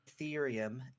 Ethereum